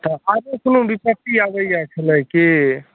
तऽ आरो कोनो विपत्ति आबैत जाइत छलै की